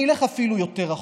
אני אלך אפילו יותר אחורה.